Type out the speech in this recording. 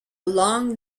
long